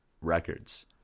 records